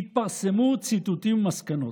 יתפרסמו ציטוטים ומסקנות,